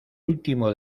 último